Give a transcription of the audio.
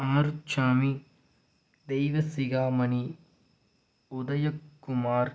Arusamy Deivasigamani Udhayakumar